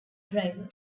driver